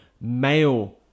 male